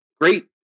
great